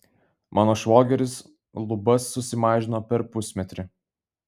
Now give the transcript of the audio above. mano švogeris lubas susimažino per pusmetrį